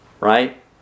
Right